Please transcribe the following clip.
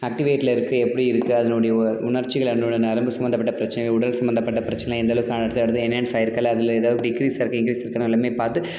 ஆக்டிவேட்டில் இருக்குது எப்படி இருக்குது அதனுடைய உணர்ச்சிகள் அதனோடய நரம்பு சம்பந்தப்பட்ட பிரச்சினைகள் உடல் சம்பந்தப்பட்ட பிரச்சினை எந்தளவுக்கு என்ஹென்ஸ் ஆயிருக்குது அதில் ஏதாவது டிக்ரீஸ் இருக்கா இன்க்ரீஸ் இருக்கானு எல்லாமே பார்த்து